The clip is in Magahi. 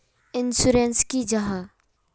इंश्योरेंस की जाहा?